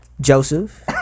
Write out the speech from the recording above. Joseph